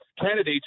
Candidates